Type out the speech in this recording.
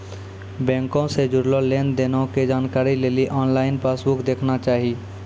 बैंको से जुड़लो लेन देनो के जानकारी लेली आनलाइन पासबुक देखना चाही